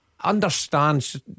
Understands